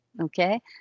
Okay